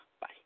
Bye